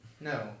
No